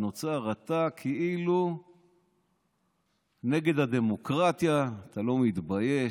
נוצר שאתה כאילו נגד הדמוקרטיה: אתה לא מתבייש?